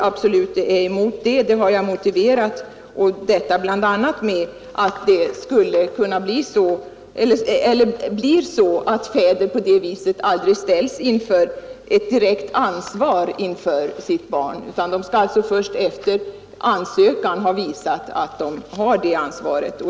Det har jag motiverat bl.a. med att det då skulle kunna bli så att fäder aldrig ställs inför ett direkt ansvar för sina an får visa att de har ansvaret.